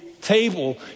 table